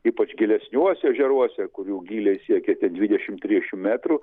ypač gilesniuose ežeruose kur jų gyliai siekia ten dvidešimt trisdešimt metrų